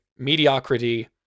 mediocrity